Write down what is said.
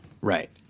right